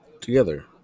together